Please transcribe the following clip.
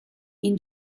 این